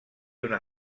una